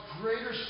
greater